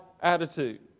attitude